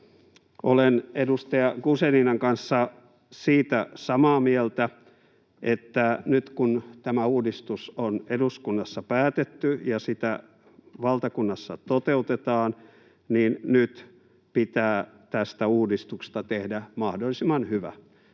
Olen edustaja Guzeninan kanssa siitä samaa mieltä, että kun tämä uudistus on eduskunnassa päätetty ja sitä valtakunnassa toteutetaan, niin nyt pitää tästä uudistuksesta tehdä mahdollisimman hyvä.